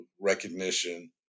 recognition